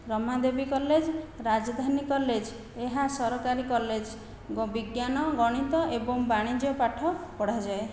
Ramadevi college Rajdhani college ଏହା ସରକାରୀ college ଏବଂ ବିଜ୍ଞାନ ଗଣିତ ଏବଂ ବାଣିଜ୍ୟ ପାଠ ପଢ଼ାଯାଏ